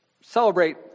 celebrate